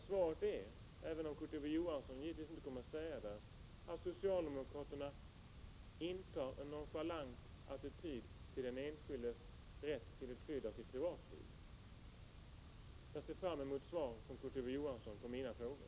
Svaret är, även om Kurt Ove Johansson givetvis inte kommer att säga det, att socialdemokraterna intar en nonchalant attityd till den enskildes rätt till skydd av sitt privatliv. Jag ser fram mot svar av Kurt Ove Johansson på mina frågor.